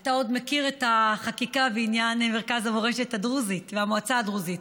אתה מכיר את החקיקה בעניין מרכז המורשת הדרוזית והמועצה הדרוזית.